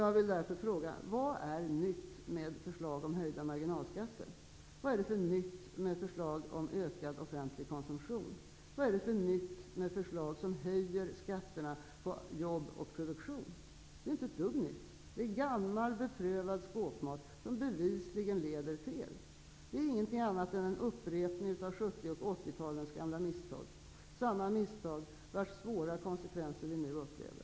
Jag vill därför fråga: Vad är det för nytt med förslag om höjda marginalskatter? Vad är det för nytt med förslag om ökad offentlig konsumtion? Vad är det för nytt med förslag som höjer skatterna på jobb och produktion? Det är inte ett dugg nytt, utan det är gammal beprövad skåpmat som bevisligen lett fel. Det är ingenting annat än en upprepning av 1970 och 1980-talens gamla misstag, samma misstag vilkas svåra konsekvenser vi nu upplever.